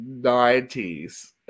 90s